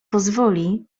pozwoli